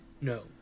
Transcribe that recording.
no